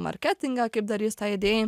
marketingą kaip darys tai idėjai